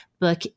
book